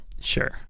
Sure